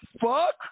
fuck